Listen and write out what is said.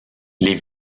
les